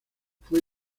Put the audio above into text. fue